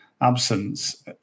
absence